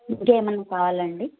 ఇంకా ఏమన్న కావాలా అండి